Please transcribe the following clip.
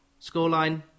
scoreline